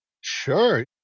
Sure